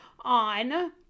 on